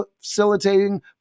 facilitating